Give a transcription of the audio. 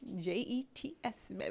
J-E-T-S